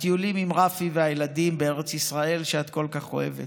הטיולים עם רפי והילדים בארץ ישראל שאת כל כך אוהבת.